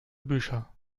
bücher